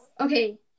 Okay